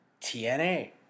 TNA